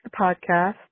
podcast